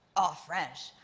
ah french.